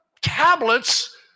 tablets